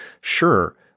Sure